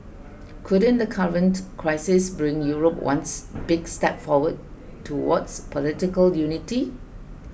couldn't the current crisis bring Europe ones big step forward towards political unity